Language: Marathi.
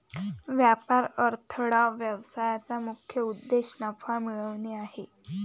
व्यापार अडथळा व्यवसायाचा मुख्य उद्देश नफा मिळवणे आहे